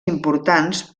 importants